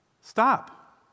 Stop